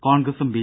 കോൺഗ്രസും ബി